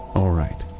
all right.